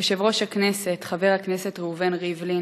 יושב-ראש הכנסת חבר הכנסת ראובן ריבלין,